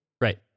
Right